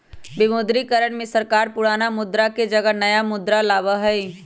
विमुद्रीकरण में सरकार पुराना मुद्रा के जगह नया मुद्रा लाबा हई